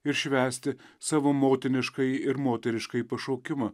ir švęsti savo motiniškąjį ir moteriškąjį pašaukimą